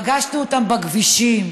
פגשנו אותם בכבישים,